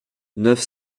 neuf